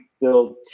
Build